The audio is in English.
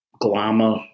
glamour